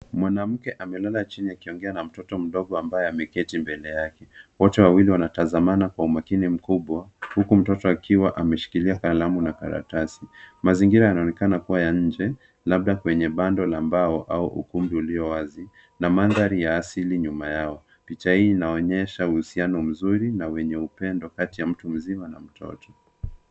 Mwanamke amelala chini akiongea na mtoto mdogo ambaye ameketi mbele yake. Wote wawili wanatazamana kwa umakini mkubwa huku mtoto akiwa ameshikilia kalamu na karatasi. Mazingira yanaonekana kuwa ya nje, labda kwenye bando la mbao au ukumbi ulio wazi na mandhari ya asili nyuma yao. Picha hii inaonyesha uhusiano mzuri na wenye upendo kati ya mtu mzima na mtoto.